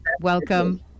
Welcome